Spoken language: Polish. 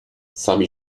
sami